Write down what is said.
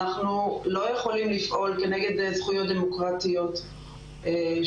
אנחנו לא יכולים לפעול כנגד זכויות דמוקרטיות שיש